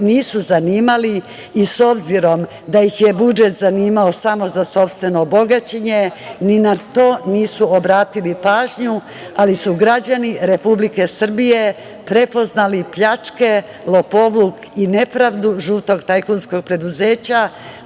nisu zanimali i s obzirom da ih je budžet zanimao samo za sopstveno bogaćenje, ni na to nisu obratili pažnju, ali su građani Republike Srbije prepoznali pljačke, lopovluk i nepravdu žutog tajkunskog preduzeća,